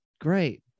great